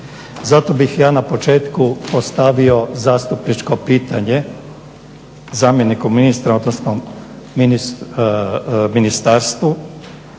Zato bih ja na početku postavio zastupničko pitanje zamjeniku ministra odnosno ministarstvu